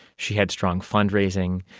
she had strong fundraising.